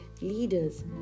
leaders